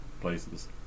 places